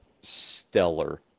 stellar